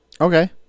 Okay